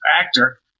actor